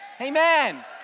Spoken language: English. Amen